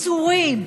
מסורים,